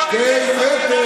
חבר הכנסת